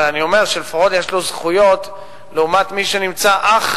אבל אני אומר שלפחות יש לו זכויות לעומת מי שנמצא אך